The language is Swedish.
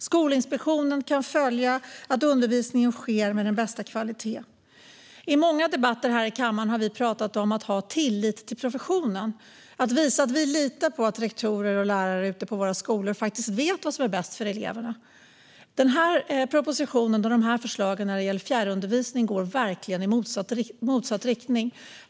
Skolinspektionen kan följa att undervisningen sker med den bästa kvaliteten. I många debatter här i kammaren har vi talat om att ha tillit till professionen, att visa att vi litar på att rektorer och lärare ute på våra skolor faktiskt vet vad som är bäst för eleverna. Denna proposition och dessa förslag när det gäller fjärrundervisning går verkligen i motsatt riktning.